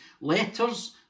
letters